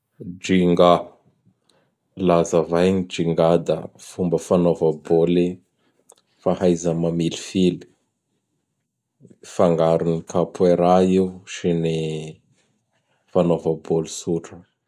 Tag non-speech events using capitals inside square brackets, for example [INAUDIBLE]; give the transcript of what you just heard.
[NOISE] ''Djinga", la azavay gny Djinga da fomba fanaova bôly; fahaiza mamilifily; fangaron'ny Kapoerà io sy ny fanaova bôly tsotra.